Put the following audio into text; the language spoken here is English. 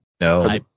No